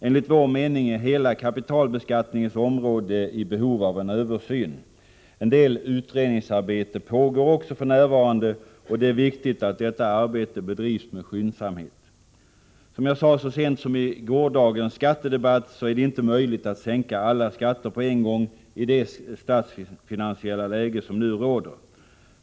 Enligt vår mening är hela kapitalbeskattningens område i behov av en översyn. En del utredningsarbete pågår också för närvarande, och det är viktigt att det arbetet bedrivs med skyndsamhet. Som jag sade så sent som i gårdagens skattedebatt är det inte möjligt att sänka alla skatter på en gång i det statsfinansiella läge som nu råder.